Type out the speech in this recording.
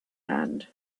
hand